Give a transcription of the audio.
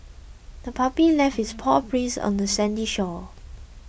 the puppy left its paw prints on the sandy shore